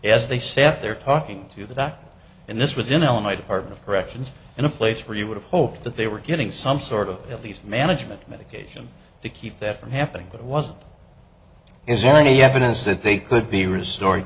as they sat there talking to the back and this was in illinois department of corrections in a place where you would hope that they were getting some sort of at least management medication to keep that from happening that wasn't is there any evidence that they could be restor